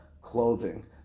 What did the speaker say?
clothing